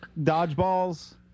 dodgeballs